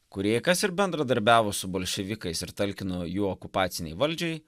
kurioje kas ir bendradarbiavo su bolševikais ir talkino jų okupacinei valdžiai